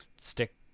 stick